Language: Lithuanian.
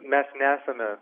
mes nesame